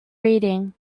reading